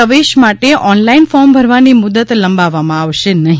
પ્રવેશ માટે online form ભરવાની મુદત લંબાવવામાં આવશે નહી